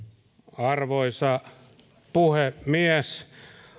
arvoisa puhemies